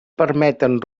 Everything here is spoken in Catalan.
permeten